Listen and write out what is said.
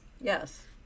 Yes